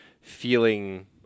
feeling